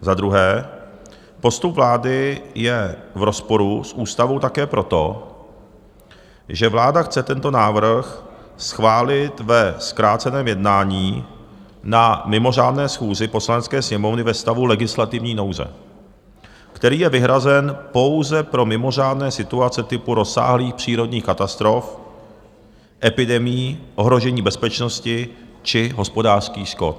Za druhé, postup vlády je v rozporu s ústavou také proto, že vláda chce tento návrh schválit ve zkráceném jednání na mimořádné schůzi Poslanecké sněmovny ve stavu legislativní nouze, který je vyhrazen pouze pro mimořádné situace typu rozsáhlých přírodních katastrof, epidemií, ohrožení bezpečnosti či hospodářských škod.